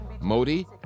Modi